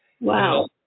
Wow